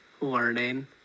learning